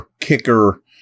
kicker